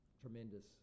tremendous